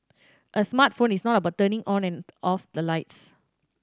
a smart phone is not about turning on and off the lights